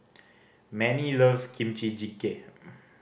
Manie loves Kimchi Jjigae